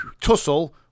tussle